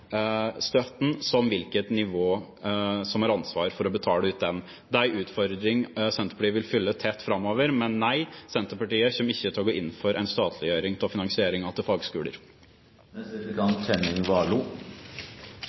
støtten som hvilket nivå som har ansvaret for å utbetale den. Det er en utfordring som Senterpartiet vil følge tett framover. Men nei, Senterpartiet kommer ikke til å gå inn for en statliggjøring av finansieringen til fagskoler.